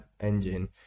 engine